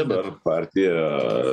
dabar partija aaa